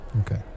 Okay